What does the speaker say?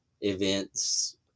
events